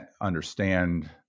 understand